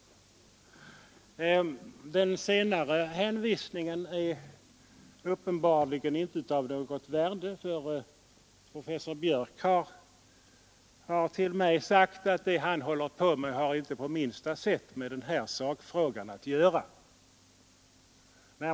Den senare hänvisningen är uppenbarligen inte av något värde, eftersom professor Björck till mig har sagt att den undersökning han håller på med inte på minsta sätt har med denna sakfråga att göra.